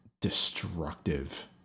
destructive